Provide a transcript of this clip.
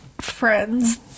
friends